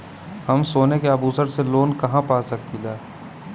हम सोने के आभूषण से लोन कहा पा सकीला?